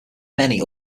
many